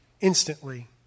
Instantly